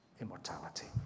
immortality